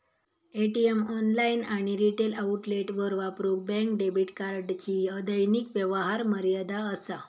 ATM, online आणि retail आउटलेटवर वापरूक बँक डेबिट कार्डची दैनिक व्यवहार मर्यादा असा